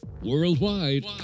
Worldwide